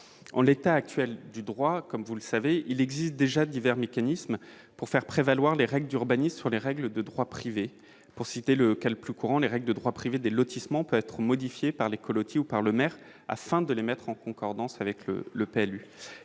En l'état actuel du droit, il existe déjà divers mécanismes pour faire prévaloir les règles d'urbanisme sur les règles de droit privé. Pour citer le cas le plus courant, les règles de droit privé des lotissements peuvent être modifiées par les colotis ou par le maire, afin de les mettre en concordance avec le PLU.